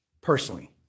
personally